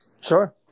Sure